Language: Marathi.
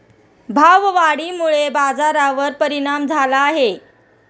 भाववाढीमुळे बाजारावर परिणाम झाला आहे